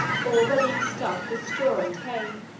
or by being stuffed with straw and hay.